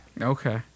Okay